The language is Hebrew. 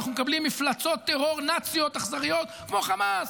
אנחנו מקבלים מפלצות טרור נאציות אכזריות כמו החמאס.